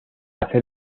hacer